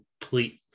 complete